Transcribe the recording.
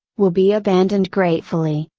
will be abandoned gratefully,